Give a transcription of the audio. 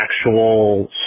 actual